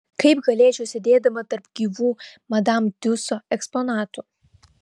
kaip galėčiau sėdėdama tarp gyvų madam tiuso eksponatų